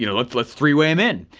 you know let's let's three-way em in.